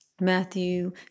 Matthew